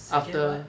second what